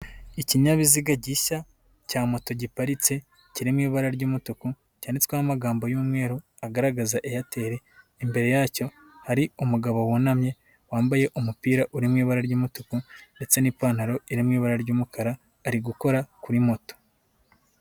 Ikinyabiziga gishya cya moto giparitse kiri mu ibara ry'umutuku cyanditsweho amagambo y'umweru agaragaza Airtel, imbere yacyo hari umugabo wunamye wambaye umupira uri mu ibara ry'umutuku ndetse n'ipantaro iri mu ibara ry'umukara ari gukora kuri moto.